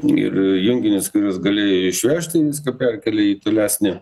ir junginius kuriuos galėjo išvežti viską perkėlė į tolesnį